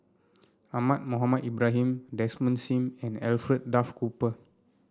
Ahmad Mohamed Ibrahim Desmond Sim and Alfred Duff Cooper